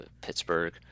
Pittsburgh